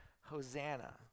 Hosanna